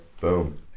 Boom